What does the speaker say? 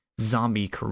zombie